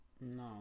No